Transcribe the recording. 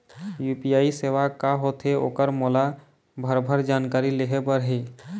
UPI सेवा का होथे ओकर मोला भरभर जानकारी लेहे बर हे?